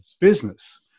business